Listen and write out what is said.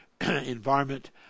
environment